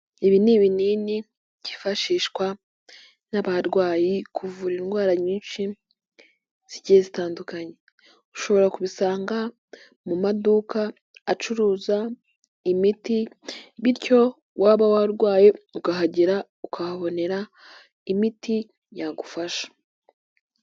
Ibi ni ibinini byifashishwa n'abarwayi kuvura indwara nyinshi zigiye zitandukanye, ushobora kubisanga mu maduka acuruza imiti bityo waba warwaye ukahagera ukahabonera imiti yagufasha.